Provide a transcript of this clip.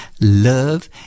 love